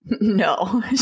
No